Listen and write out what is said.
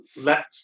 let